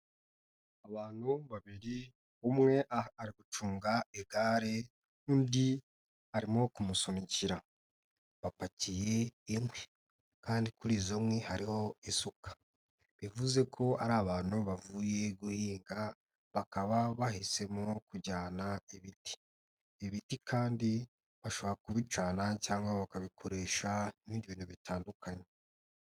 Abantu babiri umwe ari gucunga igare undi arimo kumusunikira, bapakiye inkwi kandi kuri izo nkwi hariho isuka, bivuze ko ari abantu bavuye guhinga bakaba bahisemo kujyana ibiti, ibiti kandi bashobora kubicana cyangwa bakabikoresha ibindi bintu bitandukanye.